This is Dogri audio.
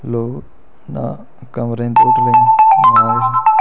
लोक ना कमरे दिंदे नां किश